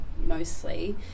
mostly